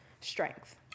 strength